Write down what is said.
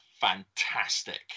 fantastic